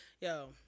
Yo